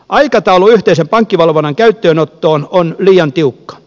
aikataulu yhteisen pankkivalvonnan käyttöönottoon on liian tiukka